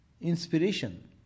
inspiration